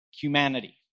humanity